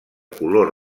color